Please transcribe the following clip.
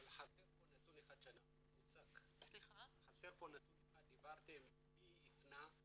אבל חסר פה נתון אחד, דיברתם מי הפנה,